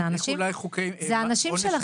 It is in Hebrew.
זה אנשים שלכם.